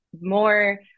more